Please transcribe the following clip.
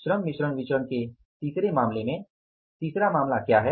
श्रम मिश्रण विचरण के तीसरे मामले में तीसरा मामला क्या है